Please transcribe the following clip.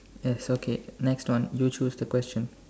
yes okay next one you choose the question